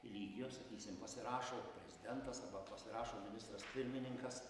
lygiu sakysim pasirašo prezidentas arba pasirašo ministras pirmininkas